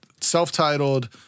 self-titled